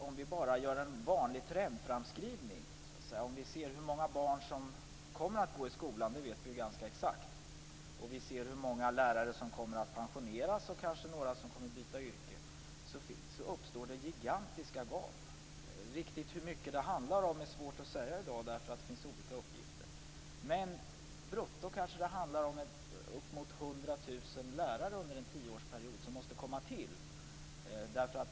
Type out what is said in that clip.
Om vi gör en vanlig trendframskrivning ser vi hur många barn som kommer att gå i skolan. Vi vet det ganska exakt. Vi ser hur många lärare som kommer att pensioneras och kanske några kommer att byta yrke. Då uppstår det gigantiska gap. Riktigt hur mycket det handlar om är svårt att säga i dag, därför att det finns olika uppgifter. Men brutto kanske det rör sig om uppemot 100 000 lärare som under en tioårsperiod måste tillföras.